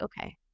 okay